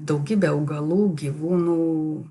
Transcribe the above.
daugybė augalų gyvūnų